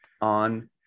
on